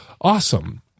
awesome